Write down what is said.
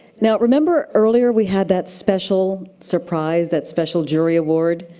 now remember earlier, we had that special surprise, that special jury award?